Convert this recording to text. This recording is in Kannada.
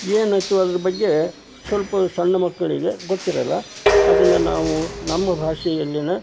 ಏನಾಯಿತು ಅದ್ರ ಬಗ್ಗೆ ಸ್ವಲ್ಪ ಸಣ್ಣ ಮಕ್ಕಳಿಗೆ ಗೊತ್ತಿರೋಲ್ಲ ಅದನ್ನು ನಾವು ನಮ್ಮ ಭಾಷೆಯಲ್ಲಿನ